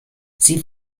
sie